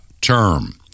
term